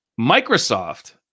Microsoft